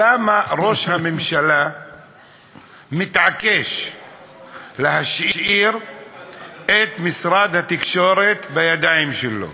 למה ראש הממשלה מתעקש להשאיר את משרד התקשורת בידיים שלו?